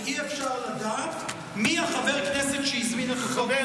ואי-אפשר לדעת מי חבר הכנסת שהזמין אותו.